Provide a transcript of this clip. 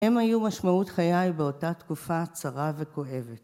הם היו משמעות חיי באותה תקופה צרה וכואבת.